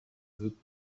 زود